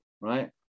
right